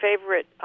favorite